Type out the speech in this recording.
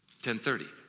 10:30